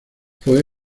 fue